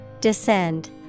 Descend